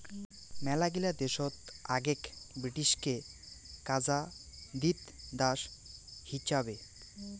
মেলাগিলা দেশত আগেক ব্রিটিশকে কাজা দিত দাস হিচাবে